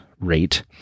rate